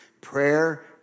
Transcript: Prayer